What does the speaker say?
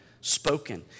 spoken